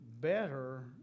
better